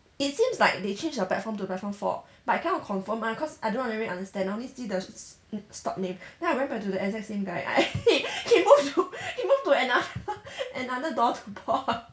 it seems like they change the platform to platform four but I cannot confirm mah cause I don't really understand I only see the s~ stop name then I went back to the exact same guy I he he move to he move to another another door to board